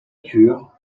cure